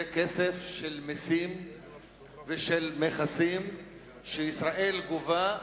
זה כסף של מסים ושל מכסים שישראל גובה.